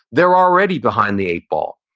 they're already behind the eight ball.